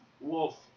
Wolf